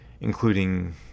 including